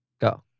Go